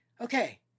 okay